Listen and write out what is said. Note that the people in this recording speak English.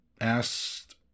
asked